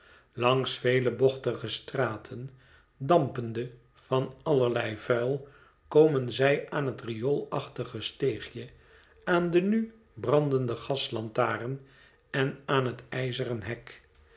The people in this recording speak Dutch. langs vele bochtige straten dampende van allerlei vuil komen zij aan het rioolachtige steegje aan de nu brandende gaslantaren en aan het ijzeren hek